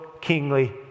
kingly